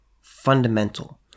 fundamental